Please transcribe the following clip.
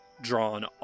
drawn